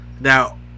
now